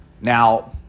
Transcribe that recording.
Now